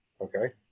okay